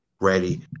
ready